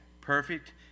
perfect